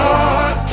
God